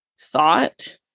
thought